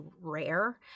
rare